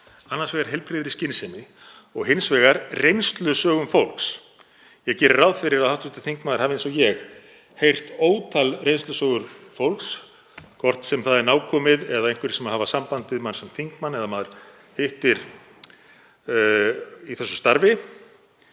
annars vegar heilbrigðri skynsemi og hins vegar reynslusögum fólks. Ég geri ráð fyrir að hv. þingmaður hafi, eins og ég, heyrt ótal reynslusögur fólks, hvort sem það er nákomið eða einhverjir sem hafa haft samband við mann sem þingmann eða maður hittir í þessu starfi.